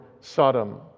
Sodom